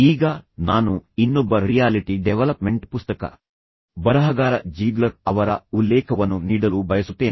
ಈಗ ನಾನು ಇನ್ನೊಬ್ಬ ರಿಯಾಲಿಟಿ ಡೆವಲಪ್ಮೆಂಟ್ ಪುಸ್ತಕ ಬರಹಗಾರ ಜೀಗ್ಲರ್ ಅವರ ಉಲ್ಲೇಖವನ್ನು ನೀಡಲು ಬಯಸುತ್ತೇನೆ